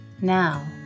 Now